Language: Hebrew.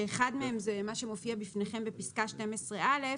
שאחד מהם זה מה מופיע בפניכם בפסקה (12א),